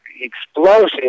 Explosive